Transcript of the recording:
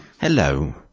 Hello